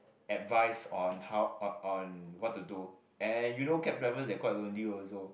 advice on how on what to do and you know cab drivers they are quite lonely also